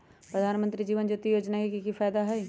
प्रधानमंत्री जीवन ज्योति योजना के की फायदा हई?